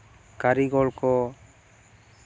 ᱠᱟᱨᱤᱜᱚᱞ ᱠᱚ